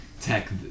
Tech